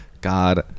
God